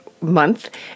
month